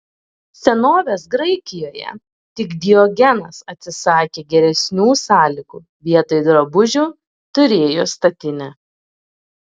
senovės graikijoje tik diogenas atsisakė geresnių sąlygų vietoj drabužių turėjo statinę